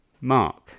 Mark